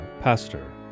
pastor